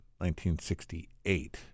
1968